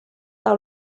par